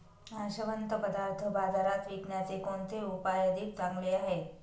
नाशवंत पदार्थ बाजारात विकण्याचे कोणते उपाय अधिक चांगले आहेत?